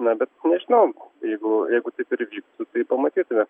na bet nežinau jeigu jeigu taip ir įvyktų tai pamatytume